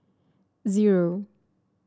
zero